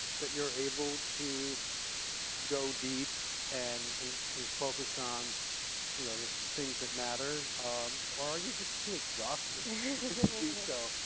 that you're able to go deep and and and focus on you know the things that matter? or um are you just too exhausted to do so?